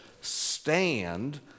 stand